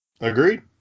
Agreed